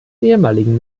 ehemaligen